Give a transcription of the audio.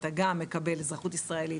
אתה גם מקבל אזרחות ישראלית,